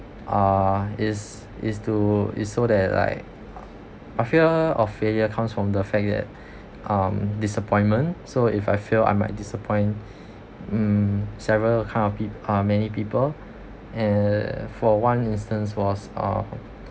uh is is to is so that like I feel a failure comes from the fact that um disappointment so if I feel I might disappoint mm several kind of pe~ uh many people err for one instance was uh